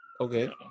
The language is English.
Okay